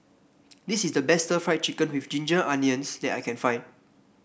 this is the best Stir Fried Chicken with Ginger Onions that I can find